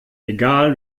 egal